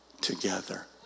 together